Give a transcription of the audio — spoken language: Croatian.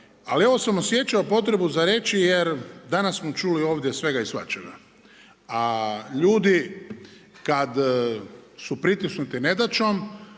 Ali ovo sam osjećao potrebu za reći jer danas smo čuli ovdje svega i svačega, a ljudi kada su pritisnuti nedaćom